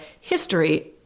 history